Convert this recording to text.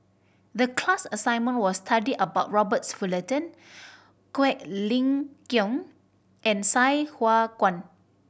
the class assignment was study about Robert Fullerton Quek Ling Kiong and Sai Hua Kuan